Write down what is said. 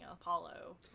apollo